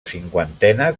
cinquantena